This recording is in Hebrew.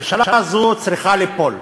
הממשלה הזו צריכה ליפול,